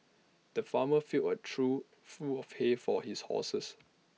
the farmer filled A trough full of hay for his horses